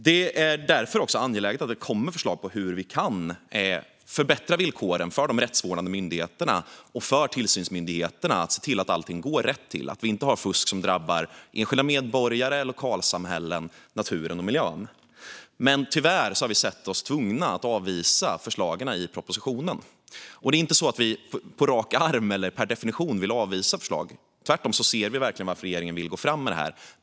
Det är därför angeläget att det kommer förslag på hur vi kan förbättra villkoren för de rättsvårdande myndigheterna och tillsynsmyndigheterna att se till att allting går rätt till och att vi inte har fusk som drabbar enskilda medborgare, lokalsamhällen, naturen och miljön. Tyvärr har vi dock sett oss tvungna att avvisa förslagen i propositionen. Det är inte så att vi på rak arm eller per definition vill avvisa förslag. Tvärtom ser vi verkligen varför regeringen vill gå fram med detta.